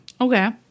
Okay